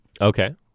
okay